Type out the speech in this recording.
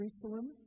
Jerusalem